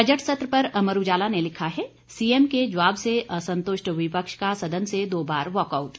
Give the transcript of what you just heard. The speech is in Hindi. बजट सत्र पर अमर उजाला ने लिखा है सीएम के जवाब से अंसतुष्ट विपक्ष का सदन से दो बार वाकआउट